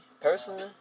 personally